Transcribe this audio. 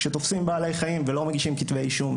כשתופסים בעלי חיים ולא מגישים כתבי אישום,